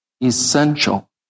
essential